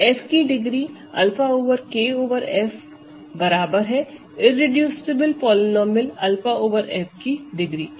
F की degree 𝛂 over K over F बराबर है इररेडूसिबल पॉलीनोमिअल 𝛂 ओवर F की डिग्री के